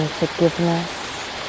forgiveness